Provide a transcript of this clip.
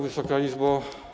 Wysoka Izbo!